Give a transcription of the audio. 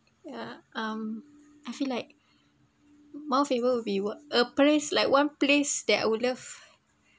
ya um I feel like mount faber will be one a place like one place that I will love